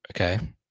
Okay